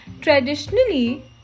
Traditionally